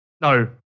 No